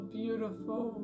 beautiful